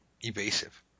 evasive